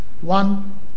One